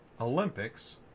Olympics